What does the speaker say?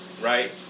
right